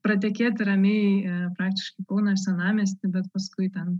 pratekėti ramiai praktiškai kauno senamiestį bet paskui ten